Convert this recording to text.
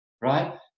Right